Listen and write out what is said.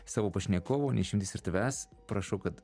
savo pašnekovų ne išimtis ir tavęs prašau kad